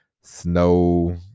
snow